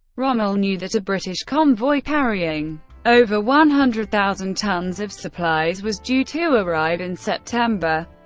rommel knew that a british convoy carrying over one hundred thousand tons of supplies was due to arrive in september.